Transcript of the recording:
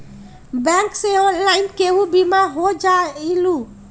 Bank से online केहु बिमा हो जाईलु?